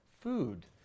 food